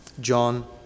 John